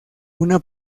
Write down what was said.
una